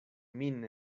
min